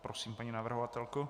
Prosím, paní navrhovatelko.